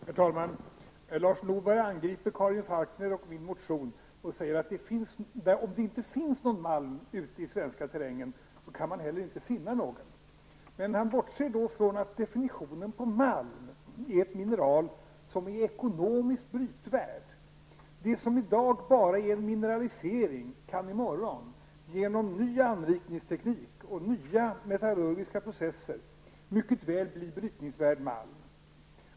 Herr talman! Lars Norberg angriper Karin Falkmers och min motion och säger, att om det inte finns någon malm ute i den svenska terrängen, så kan man heller inte finna någon. Han bortser då från att definitionen på malm är ett mineral som är ekonomiskt brytningsvärd. Det som i dag bara är en mineralisering kan i morgon, genom ny anrikningsteknik och nya metallurgiska processer, mycket väl bli brytningsvärd malm.